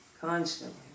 Constantly